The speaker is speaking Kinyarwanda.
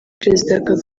perezida